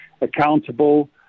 accountable